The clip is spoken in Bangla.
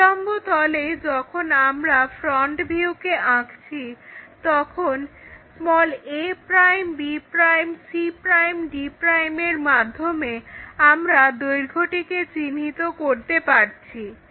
উল্লম্ব তলে যখন আমরা ফ্রন্ট ভিউকে আঁকছি তখন a b c d এর মাধ্যমে আমরা দৈর্ঘ্যটিকে চিহ্নিত করতে পারছি